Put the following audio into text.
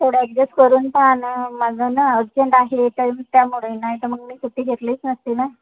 थोडं ॲड्जस्ट करून पाहा ना माझं ना अर्जंट आहे तर त्यामुळे नाही तर मग मी सुट्टी घेतलीच नसती ना